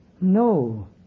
No